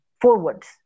forwards